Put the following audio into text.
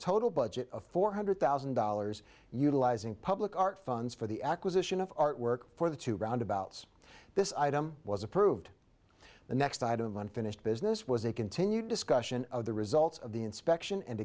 total budget of four hundred thousand dollars utilizing public art funds for the acquisition of artwork for the two roundabouts this item was approved the next item unfinished business was a continued discussion of the results of the inspection and